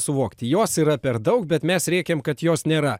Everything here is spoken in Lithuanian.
suvokti jos yra per daug bet mes rėkėm kad jos nėra